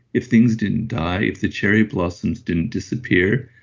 if things didn't die, if the cherry blossoms didn't disappear,